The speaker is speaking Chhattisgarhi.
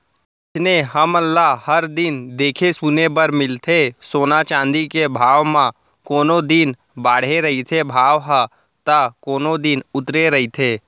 अइसने हमन ल हर दिन देखे सुने बर मिलथे सोना चाँदी के भाव म कोनो दिन बाड़हे रहिथे भाव ह ता कोनो दिन उतरे रहिथे